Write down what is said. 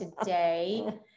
today